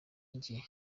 rye